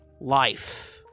life